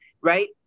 Right